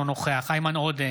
אינו נוכח איימן עודה,